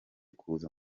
kuza